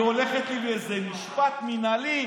היא הולכת לי באיזה משפט מינהלי.